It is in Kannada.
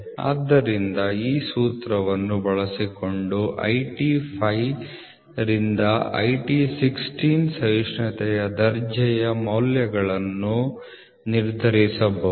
ಆದ್ದರಿಂದ ಈ ಸೂತ್ರವನ್ನು ಬಳಸಿಕೊಂಡು IT 5 ರಿಂದ IT 16 ಸಹಿಷ್ಣುತೆಯ ದರ್ಜೆಯ ಮೌಲ್ಯಗಳು ಅನ್ನು ನಿರ್ಧರಿಸಬಹುದು